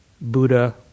Buddha